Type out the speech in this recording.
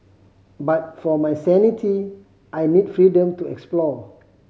but for my sanity I need freedom to explore